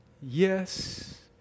Yes